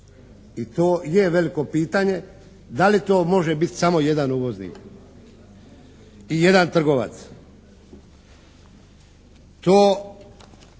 i to je veliko pitanje da li to može biti samo jedan uvoznik i jedan trgovac.